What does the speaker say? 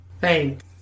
Thanks